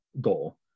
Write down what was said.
goal